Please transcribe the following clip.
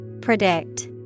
Predict